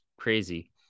crazy